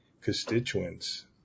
constituents